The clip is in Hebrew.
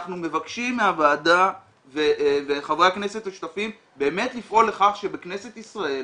אנחנו מבקשים מהוועדה ומחברי הכנסת השותפים באמת לפעול לכך שבכנסת ישראל